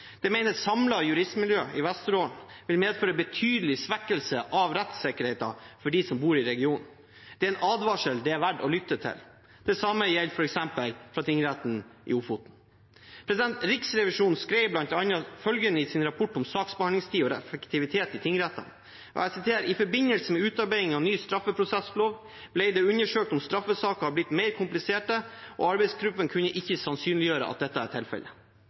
Det mener et samlet juristmiljø i Vesterålen vil medføre betydelig svekkelse av rettssikkerheten for dem som bor i regionen. Det er en advarsel det er verdt å lytte til. Det samme gjelder f.eks. tingretten i Ofoten. Riksrevisjonen skrev bl.a. følgende i sin rapport om saksbehandlingstid og effektivitet i tingrettene: «I forbindelse med utarbeidingen av ny straffeprosesslov ble det undersøkt om straffesaker har blitt mer kompliserte, og arbeidsgruppen kunne ikke sannsynliggjøre at dette er tilfellet.»